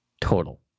total